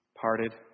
parted